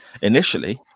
initially